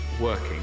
working